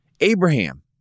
Abraham